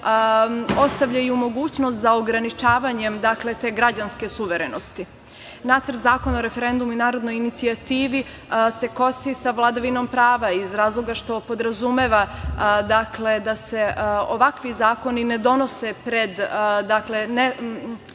ostavljaju mogućnost za ograničavanje te građanske suverenosti. Nacrt Zakona o referendumu i narodnoj inicijativi se kosi sa vladavinom prava iz razloga što podrazumeva da se ovakvi zakoni ne donose pred neposredno